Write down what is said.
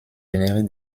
générer